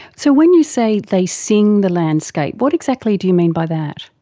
so when you say they sing the landscape, what exactly do you mean by that?